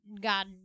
God